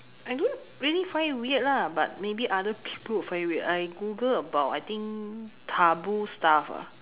I don't really find it weird lah but maybe other people will find it weird I Google about I think taboo stuff ah